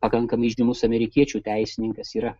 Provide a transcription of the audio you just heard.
pakankamai žymus amerikiečių teisininkas yra